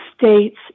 States